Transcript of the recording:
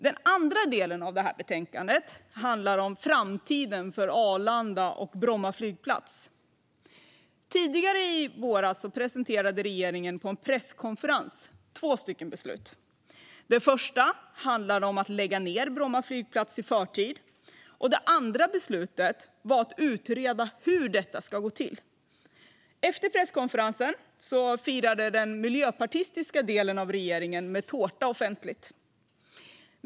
Den andra delen av betänkandet handlar om framtiden för Arlanda och Bromma flygplats. Tidigare i våras presenterade regeringen på en presskonferens två beslut. Det första handlande om att lägga ned Bromma flygplats i förtid, och det andra beslutet var att utreda hur detta ska gå till. Efter presskonferensen firade den miljöpartistiska delen av regeringen med tårta offentligt.